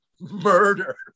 murder